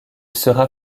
sera